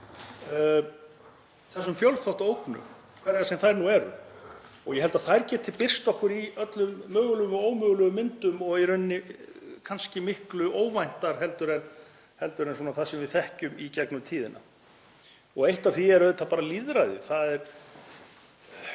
þessum fjölþáttaógnum, hverjar sem þær eru, og ég held að þær geti birst okkur í öllum mögulegum og ómögulegum myndum og í rauninni kannski miklu óvæntar en það sem við þekkjum í gegnum tíðina. Eitt af því varðar auðvitað bara lýðræðið. Það virkar